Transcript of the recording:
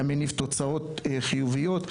היה מניב תוצאות חיוביות.